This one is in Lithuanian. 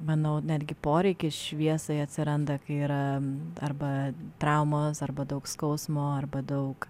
manau netgi poreikis šviesai atsiranda kai yra arba traumos arba daug skausmo arba daug